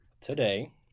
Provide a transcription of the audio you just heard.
today